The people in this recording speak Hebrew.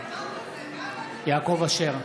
נגד יעקב אשר,